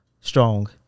strong